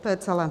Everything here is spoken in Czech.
To je celé.